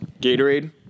Gatorade